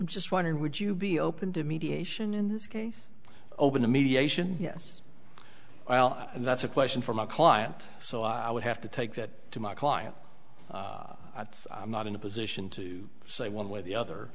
just wondering would you be open to mediation in this case open to mediation yes well that's a question for my client so i would have to take that to my client that i'm not in a position to say one way or the other